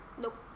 Nope